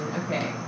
okay